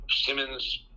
Simmons